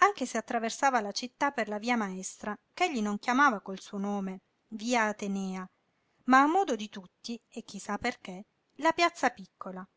anche se attraversava la città per la via maestra ch'egli non chiamava col suo nome via atenèa ma a modo di tutti e chi sa perché la piazza piccola